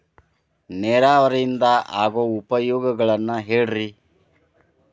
ನೇರಾವರಿಯಿಂದ ಆಗೋ ಉಪಯೋಗಗಳನ್ನು ಹೇಳ್ರಿ